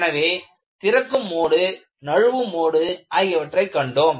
எனவே திறக்கும் மோடு நழுவும் மோடு ஆகியவற்றை கண்டோம்